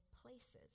places